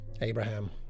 Abraham